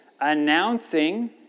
announcing